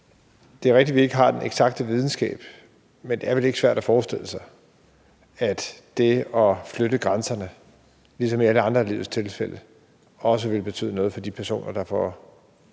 Det er rigtigt, at vi ikke har den eksakte videnskab, men det er vel ikke svært at forestille sig, at det at flytte grænserne ligesom i alle andre af livets tilfælde også vil betyde noget for de personer, der får